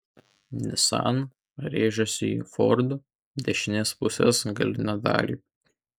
nissan rėžėsi į ford dešinės pusės galinę dalį